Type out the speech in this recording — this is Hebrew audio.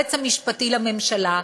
היועץ המשפטי לממשלה,